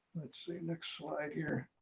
let's see. next slide here.